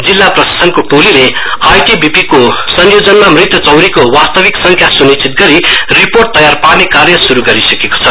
जिल्ला प्रशासनको टोलीले आईटीबीपीको संयोजनमा मृत चौरीको वास्तविक संख्या सुनिश्चित गरी रिपोर्ट तयार पार्ने कार्य शुरू गरिसकेको छ